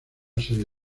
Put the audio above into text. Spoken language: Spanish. serie